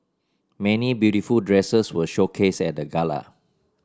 many beautiful dresses were showcased at the gala